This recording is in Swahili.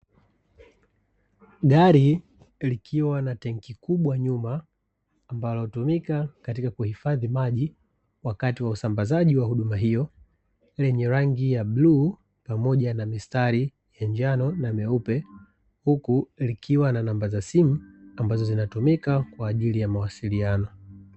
Dari likiwa na tenki kubwa nyuma ambalo hutumika katika kuhifadhi maji wakati wa usambazaji wa huduma hiyo, lenye rangi ya bluu pamoja na mistari ya njano na meupe huku likiwa na namba za simu, ambazo zinatumika kwa ajili ya mawasilino.